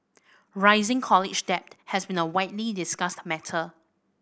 rising college debt has been a widely discussed matter